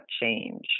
change